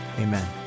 amen